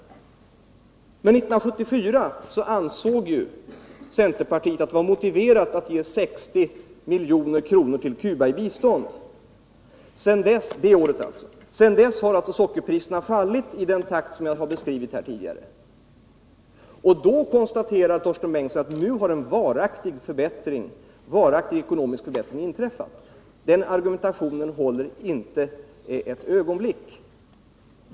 Men 1974 ansåg ju centerpartiet att det var motiverat att det året ge 60 milj.kr. till Cuba i bistånd. Sedan dess har alltså sockerpriserna fallit i den takt som jag har beskrivit här tidigare. Men Torsten Bengtson konstaterar att nu har en varaktig ekonomisk förbättring inträffat. Den argumentationen håller inte ett ögonblick.